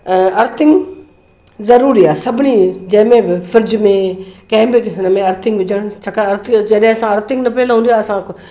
earthing ज़रूरी आहे सभिनी जंहिंमें बि फ्रिज में कंहिं बि हुन में अर्थिंग हुजणु छाकाणि अर्थिंग जॾहिं असां अर्थिंग न पयल हूंदी असां कुझु